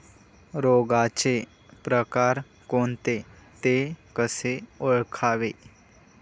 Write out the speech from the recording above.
रोगाचे प्रकार कोणते? ते कसे ओळखावे?